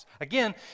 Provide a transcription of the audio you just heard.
Again